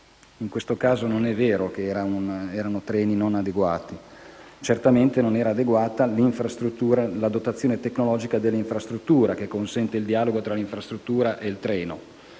nuovi e non è vero che erano treni non adeguati; certamente non era adeguata la dotazione tecnologica dell'infrastruttura, che consente il dialogo tra l'infrastruttura e il treno.